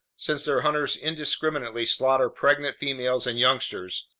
since their hunters indiscriminately slaughter pregnant females and youngsters,